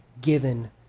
given